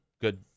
good